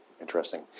Interesting